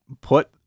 Put